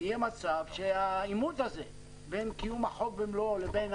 יהיה מצב שהעימות הזה בין קיום החוק במלואו לבין